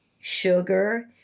sugar